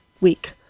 week